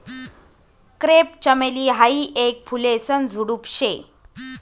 crepe चमेली हायी येक फुलेसन झुडुप शे